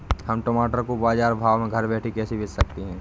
हम टमाटर को बाजार भाव में घर बैठे कैसे बेच सकते हैं?